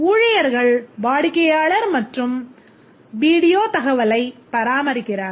ஊழியர்கள் வாடிக்கையாளர் மற்றும் வீடியோ தகவல்களைப் பராமரிக்கிறார்கள்